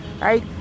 right